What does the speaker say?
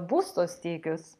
būsto stygius